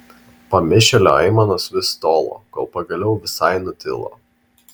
pamišėlio aimanos vis tolo kol pagaliau visai nutilo